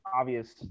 obvious